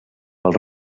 pel